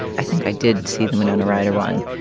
i think i did see them winona ryder on.